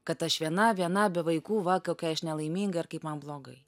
kad aš viena viena be vaikų va kokia aš nelaiminga ir kaip man blogai